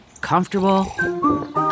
Comfortable